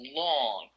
long